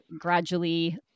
gradually